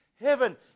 heaven